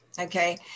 okay